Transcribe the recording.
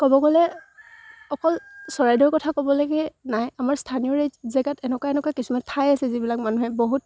ক'ব গ'লে অকল চৰাইদেউৰ কথা ক'ব লাগে নাই আমাৰ স্থানীয় ৰে জেগাত এনেকুৱা এনেকুৱা কিছুমান ঠাই আছে যিবিলাক মানুহে বহুত